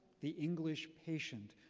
the english patient.